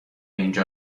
اینجا